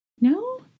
No